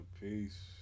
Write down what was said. Peace